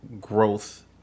growth